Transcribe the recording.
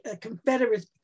confederate